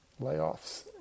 layoffs